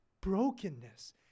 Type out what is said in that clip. brokenness